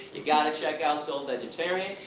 you got to check out soul vegetarian.